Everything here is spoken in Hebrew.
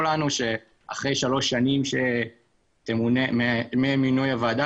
לנו שאחרי שלוש שנים מאז מינוי הוועדה,